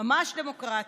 ממש דמוקרטיה.